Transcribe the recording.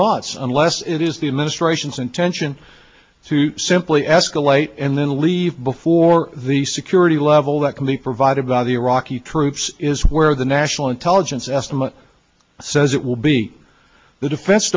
months unless it is the administration's intention to simply escalate and then leave before the security level that can be provided by the iraqi troops is where the national intelligence estimate says it will be the defense